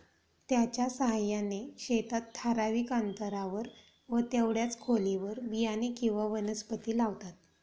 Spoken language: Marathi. त्याच्या साहाय्याने शेतात ठराविक अंतरावर व तेवढ्याच खोलीवर बियाणे किंवा वनस्पती लावतात